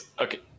Okay